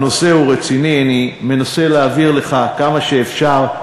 הנושא הוא רציני, אני מנסה להבהיר לך כמה שאפשר,